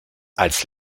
als